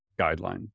guideline